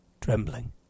trembling